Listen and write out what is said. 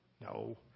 no